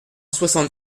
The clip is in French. soixante